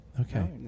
Okay